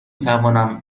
توانم